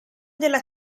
della